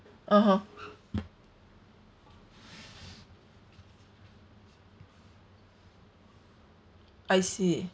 (uh huh) I see